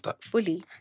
Fully